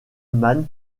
man